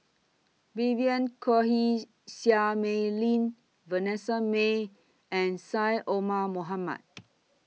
Vivien Quahe Seah Mei Lin Vanessa Mae and Syed Omar Mohamed